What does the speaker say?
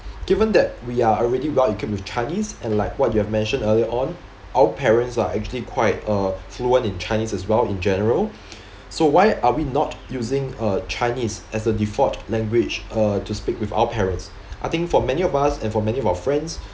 given that we are already well equipped with chinese and like what you have mentioned earlier on our parents are actually quite uh fluent in chinese as well in general so why are we not using uh chinese as a default language uh to speak with our parents I think for many of us and for many of our friends